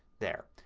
there.